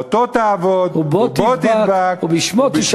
אֹתו תעבֹד" "ובו תדבק ובשמו תשבע".